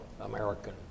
American